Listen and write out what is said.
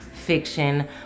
fiction